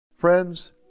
Friends